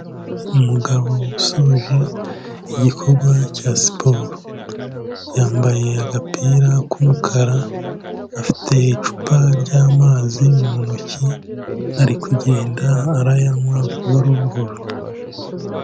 Umugabo usoje igikora cya siporo, yambaye agapira k'umukara, afite icupa rya'amazi mu ntoki, ari kugenda arayanywa buhoro buhoro.